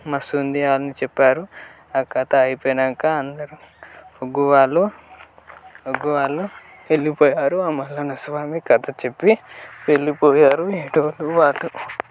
మస్త్ ఉంది అని చెప్పారు ఆ కథ అయిపోయినాకా అందరూ ఒగ్గు వాళ్ళు ఒగ్గు వాళ్ళు వెళ్లిపోయారు ఆ మల్లన్న స్వామి కథ చెప్పి వెళ్లిపోయారు ఎటోను వాళ్ళు